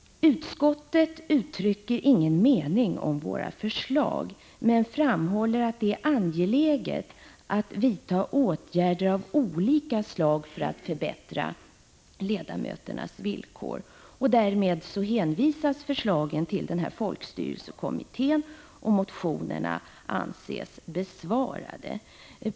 Utskottet uttrycker ingen mening om våra förslag, men framhåller att det är angeläget att vidta åtgärder av olika slag för att förbättra ledamöternas villkor. Därmed hänvisas förslagen till folkstyrelsekommittén, och motionerna anses besvarade.